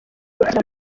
batakiri